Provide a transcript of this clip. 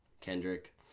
Kendrick